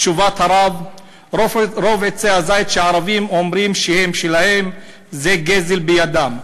תשובת הרב: רוב עצי הזית שהערבים אומרים שהם שלהם זה גזל בידם.